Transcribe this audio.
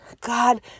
God